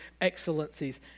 excellencies